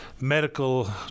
medical